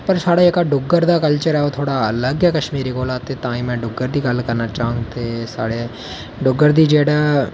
पर साढ़ा जेह्ड़ा डुग्गर दा कल्चर ऐ ओह् अलग ऐ कशमीरै कोला ते तां ई में डुग्गर दी गल्ल करना चाहङ ते डुग्गर दी जेह्ड़ा